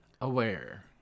aware